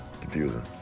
confusing